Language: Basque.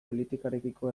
politikarekiko